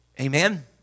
Amen